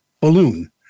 balloon